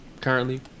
Currently